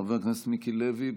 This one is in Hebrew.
חבר הכנסת מיקי לוי,